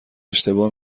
اشتباه